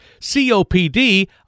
COPD